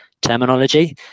terminology